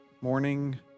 Morning